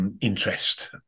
interest